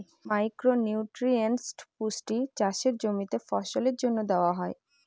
micro nutrients পুষ্টি চাষের জমিতে ফসলের জন্য দেওয়া হয়